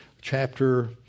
chapter